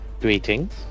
Greetings